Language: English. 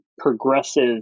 progressive